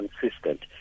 consistent